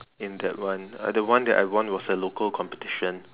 in that one uh the one that I won was a local competition